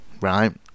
right